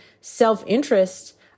self-interest